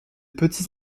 petits